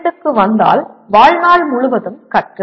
PO12 க்கு வந்தால் வாழ்நாள் முழுவதும் கற்றல்